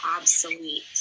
obsolete